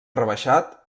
rebaixat